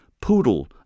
poodle